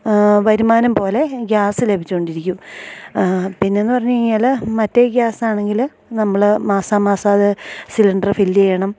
വരുമാനം പോലെ ഗ്യാസ് ലഭിച്ച് കൊണ്ടിരിക്കും പിന്നേന്ന് പറഞ്ഞ് കഴിഞ്ഞാൽ മറ്റേ ഗ്യാസാണെങ്കിൽ നമ്മൾ മാസാമ്മാസത് സിലണ്ട്റ് ഫില്ല് ചെയ്യണം